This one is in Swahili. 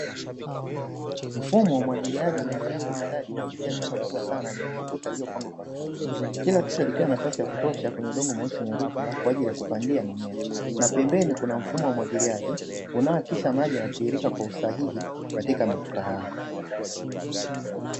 Mfumo wa umwagiliaji unaendelea kwa ustadi kupitia shamba kubwa sana lenye matuta yaliyopangwa kwa hatua, kila tuta likiwa na nafasi ya kutosha kwenye udongo mweusi wenye rutuba kwa ajili ya kupandia mimea. Na pembeni kuna mfumo wa umwagiliaji unaohakikisha maji yanatiririka kwa usahihi katika matuta hayo.